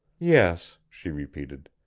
yes, she repeated,